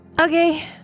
Okay